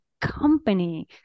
company